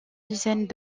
dizaines